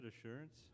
Assurance